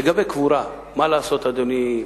לגבי קבורה, מה לעשות, אדוני,